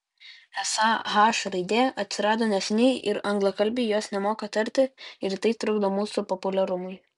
esą h raidė atsirado neseniai ir anglakalbiai jos nemoka tarti ir tai trukdo mūsų populiarumui